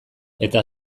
eta